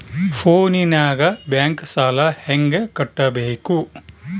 ಫೋನಿನಾಗ ಬ್ಯಾಂಕ್ ಸಾಲ ಹೆಂಗ ಕಟ್ಟಬೇಕು?